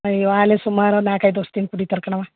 ಅಯ್ಯೋ ಆಗ್ಲೆ ಸುಮಾರು ಒಂದು ನಾಲ್ಕೈದು ವರ್ಷ್ದಿಂದ ಕುಡಿತಾರೆ ಕಣವ್ವ